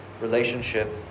relationship